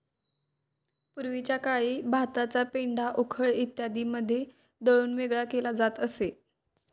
पूर्वीच्या काळी भाताचा पेंढा उखळ इत्यादींमध्ये दळून वेगळा केला जात असे